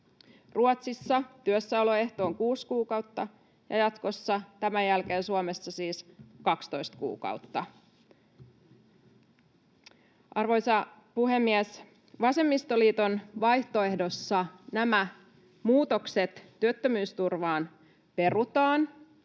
Ruotsissa työssäoloehto on kuusi kuukautta ja jatkossa tämän jälkeen Suomessa siis 12 kuukautta. Arvoisa puhemies! Vasemmistoliiton vaihtoehdossa nämä muutokset työttömyysturvaan perutaan